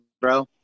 bro